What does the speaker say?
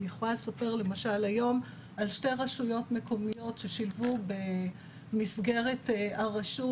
אני יכולה לספר למשל היום על שתי רשויות מקומיות ששילבו במסגרת הרשות,